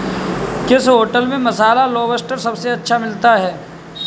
किस होटल में मसाला लोबस्टर सबसे अच्छा मिलता है?